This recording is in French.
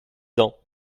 dents